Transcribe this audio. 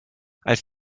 als